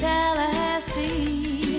Tallahassee